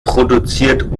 produziert